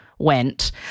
went